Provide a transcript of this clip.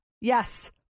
Yes